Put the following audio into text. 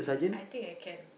I think I can